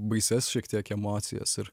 baisias šiek tiek emocijas ir